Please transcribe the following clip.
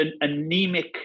anemic